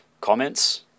comments